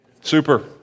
Super